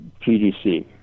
PDC